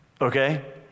Okay